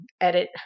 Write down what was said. edit